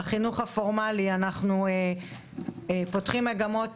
בחינוך הפורמלי אנחנו פותחים מגמות